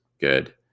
good